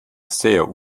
sehr